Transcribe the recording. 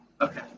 Okay